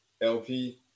LP